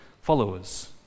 followers